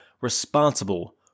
responsible